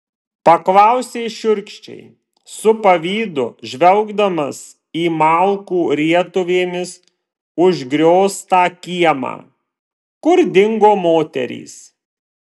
paklausė šiurkščiai su pavydu žvelgdamas į malkų rietuvėmis užgrioztą kiemą kur dingo moterys